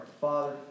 Father